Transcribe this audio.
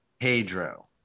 Pedro